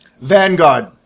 Vanguard